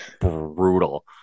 brutal